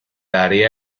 área